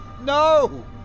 No